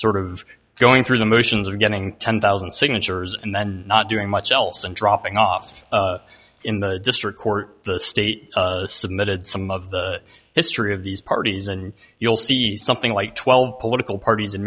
sort of going through the motions of getting ten thousand signatures and then not doing much else and dropping off in the district court the state submitted some of the history of these parties and you'll see something like twelve political parties